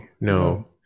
no